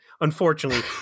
unfortunately